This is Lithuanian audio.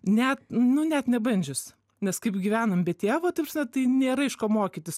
net nu net nebandžius nes kaip gyvenom be tėvo ta prasme tai nėra iš ko mokytis